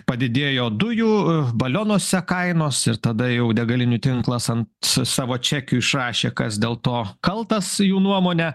padidėjo dujų balionuose kainos ir tada jau degalinių tinklas ant sa savo čekių išrašė kas dėl to kaltas jų nuomone